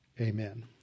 amen